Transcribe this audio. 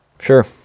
Sure